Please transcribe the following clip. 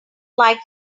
like